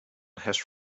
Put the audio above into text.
has